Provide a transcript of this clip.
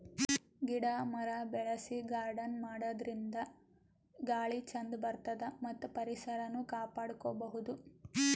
ಗಿಡ ಮರ ಬೆಳಸಿ ಗಾರ್ಡನ್ ಮಾಡದ್ರಿನ್ದ ಗಾಳಿ ಚಂದ್ ಬರ್ತದ್ ಮತ್ತ್ ಪರಿಸರನು ಕಾಪಾಡ್ಕೊಬಹುದ್